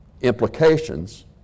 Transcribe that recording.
implications